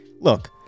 Look